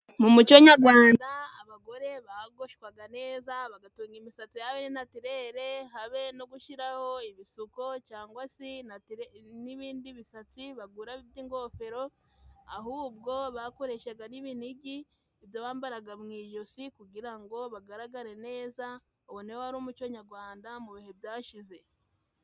Mu muco nyarwanda abagore bogoshwaga neza，bagatunga imisatsi yabo iri natirere， habe no gushiraho ibisuko cyangwa se n'ibindi bisatsi bagura by'ingofero，ahubwo bakoreshaga n'ibinigi，ibyo bambaraga mu ijosi kugira ngo bagaragare neza，uwo niwo wari umuco nyagwanda mu bihe byashize.